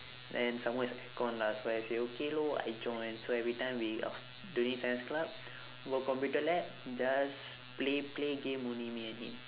then some more is aircon lah so I say okay lor I join so every time we af~ during science club go computer lab just play play game only me and him